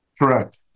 Correct